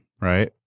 right